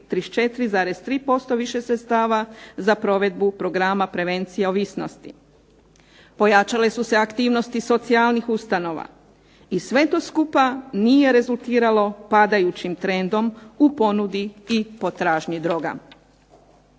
34,3% više sredstava za provedbu Programa prevencije ovisnosti. Pojačale su se aktivnosti socijalnih ustanova i sve to skupa nije rezultiralo padajućim trendom u ponudi i potražnji droga.